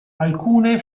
alcune